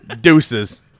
Deuces